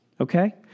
Okay